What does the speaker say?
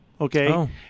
Okay